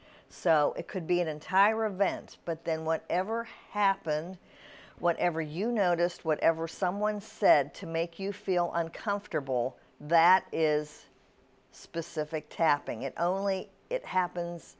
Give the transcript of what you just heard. so it could be an entire event but then what ever happened whatever you noticed whatever someone said to make you feel uncomfortable that is specific tapping it only it happens